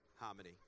Harmony